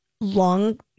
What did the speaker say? Long